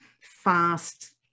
fast